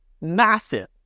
Massive